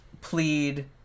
plead